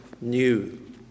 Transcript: new